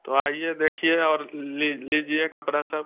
तो आईए देखिए और ले लीजिए कपड़ा सब